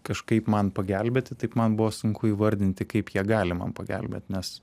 kažkaip man pagelbėti taip man buvo sunku įvardinti kaip jie gali man pagelbėt nes